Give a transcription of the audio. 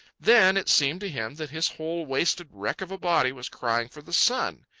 then it seemed to him that his whole wasted wreck of a body was crying for the sun.